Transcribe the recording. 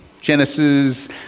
Genesis